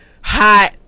hot